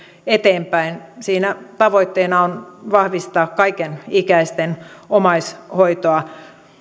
eteenpäin siinä tavoitteena on vahvistaa kaikenikäisten omaishoitoa